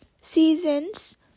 seasons